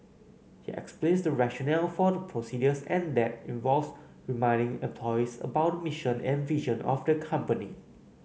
he explains the rationale for the procedures and that involves reminding employees about the mission and vision of the company